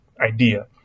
idea